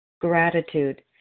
gratitude